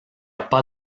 pas